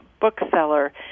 bookseller